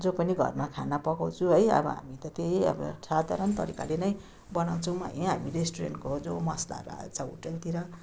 जो पनि घरमा खाना पकाउँछु है अब हामी त त्यही साधारण तरिकाले नै बनाउँछौँ है हामी रेस्टुरेन्टको जो मसलाहरू हाल्छ होटेलतिर